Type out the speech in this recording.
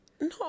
No